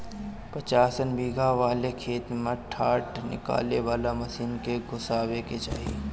पचासन बिगहा वाले खेत में डाँठ निकाले वाला मशीन के घुसावे के चाही